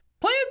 Play